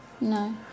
No